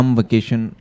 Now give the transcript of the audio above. vacation